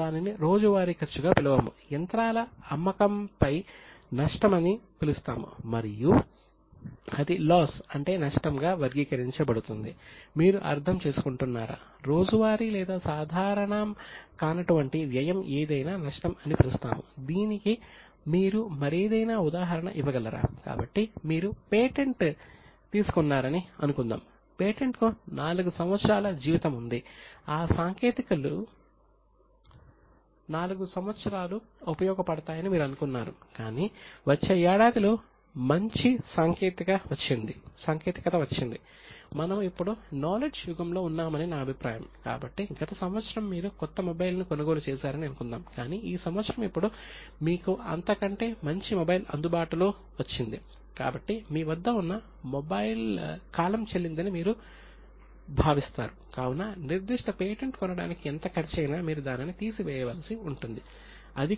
దీనినే డిప్రిసియేషన్ గా మరియు కొన్ని సందర్భాల్లో కార్యకలాపాలను నిలిపి వేసినప్పటి